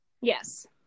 Yes